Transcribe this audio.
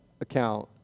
account